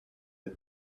des